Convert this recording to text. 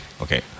Okay